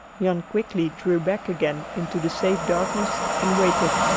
jan quickly drew back again into the safe darkness and waited.